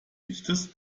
lichtes